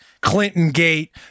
Clinton-gate